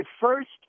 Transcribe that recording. first